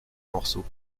morceaux